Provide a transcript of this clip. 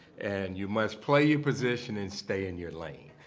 and you must play your position and stay in your lane.